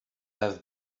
have